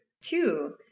two